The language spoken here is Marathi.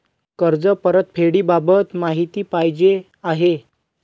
कर्ज परतफेडीबाबत माहिती पाहिजे आहे